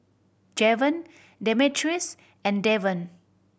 Javon Demetrius and Devan